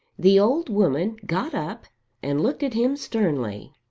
the old woman got up and looked at him sternly.